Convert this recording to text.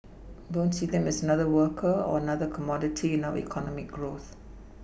don't see them as another worker or another commodity in our economic growth